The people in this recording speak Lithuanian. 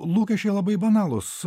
lūkesčiai labai banalūs